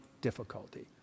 difficulty